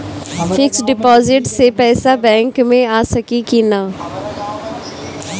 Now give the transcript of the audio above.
Fix deposit से पैसा bank मे आ सकी कि ना?